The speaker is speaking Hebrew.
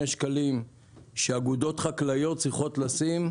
שקלים שאגודות חקלאיות צריכות לשים,